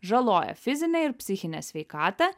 žaloja fizinę ir psichinę sveikatą